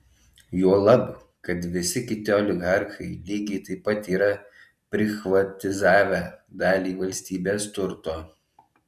juolab kad visi kiti oligarchai lygiai taip pat yra prichvatizavę dalį valstybės turto